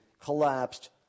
collapsed